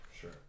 sure